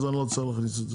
אז אני לא צריך להכניס את זה.